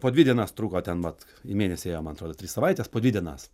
po dvi dienas truko ten vat į mėnesį ėjo man atrodo tris savaites po dvi dienas